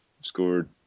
scored